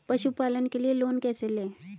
पशुपालन के लिए लोन कैसे लें?